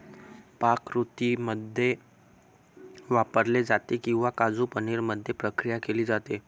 पाककृतींमध्ये वापरले जाते किंवा काजू पनीर मध्ये प्रक्रिया केली जाते